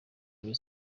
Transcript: rayon